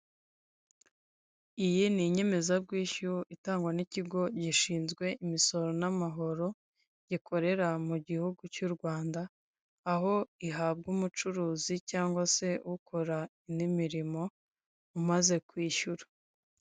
Iyi ni inyemezabwishyu itangwa n'ikigo gishinzwe imisoro n'amahoro gikorera mu gihugu cy'u Rwanda, aho ihabwa umucuruzi cyangwa se ukora n'imirimo umaze kwishyura.